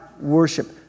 worship